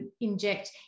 inject